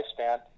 lifespan